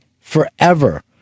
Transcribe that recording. forever